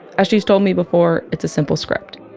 as she's told me before, it's a simple script.